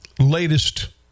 latest